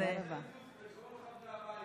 יש כאן קונסנזוס בין